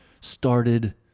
started